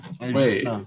Wait